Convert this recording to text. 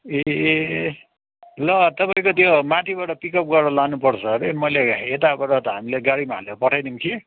ए ल तपाईँको त्यो माथिबाट पिकअप गरेर लानुपर्छ हरे मैले यताबाट त हामीले गाडीमा हालेर पठाइदियौँ कि